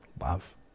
Love